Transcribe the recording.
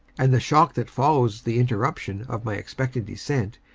and the shock that follows the interruption of my expected descent,